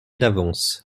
d’avance